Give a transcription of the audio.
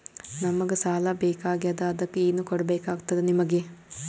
ನಮಗ ಸಾಲ ಬೇಕಾಗ್ಯದ ಅದಕ್ಕ ಏನು ಕೊಡಬೇಕಾಗ್ತದ ನಿಮಗೆ?